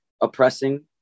oppressing